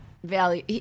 Value